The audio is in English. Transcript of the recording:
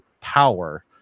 power